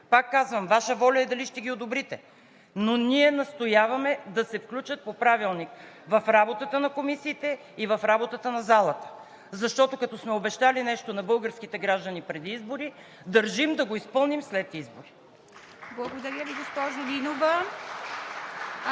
Пак казвам: Ваша воля е дали ще ги одобрите, но ние настояваме да се включат по Правилник в работата на комисиите и в работата на залата, защото, като сме обещали нещо на българските граждани преди избори, държим да го изпълним след избори. (Ръкопляскания